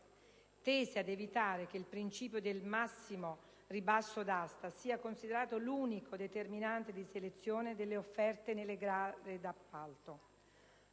tese ad evitare che il principio del massimo ribasso d'asta sia considerato l'unico determinante di selezione delle offerte nelle gare d'appalto;